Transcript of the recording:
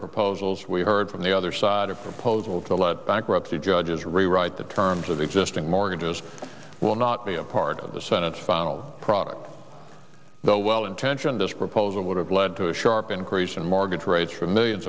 proposals we heard from the other side a proposal to let bankruptcy judges rewrite the terms of existing mortgages will not be a part of the senate's final product though well intentioned this proposal would have led to a sharp increase in mortgage rates for millions